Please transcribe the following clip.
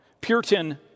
Puritan